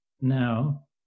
now